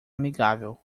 amigável